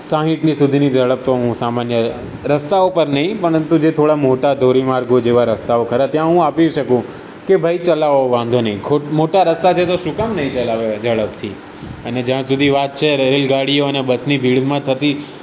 સાઠની સુધીની ઝડપ તો હું સામાન્ય રસ્તાઓ પર નહીં પરંતુ જે થોડા મોટા ધોરી માર્ગો જેવા રસ્તાઓ ખરા ત્યા હું આપી શકું કે ભાઈ ચલાવો વાંધો નહીં મોટા રસ્તા છે તો શું કામ નહીં ચલાવે ઝડપથી અને જ્યાં સુધી વાત છે રેલગાડીઓને બસની ભીડમાં થતી